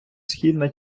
східна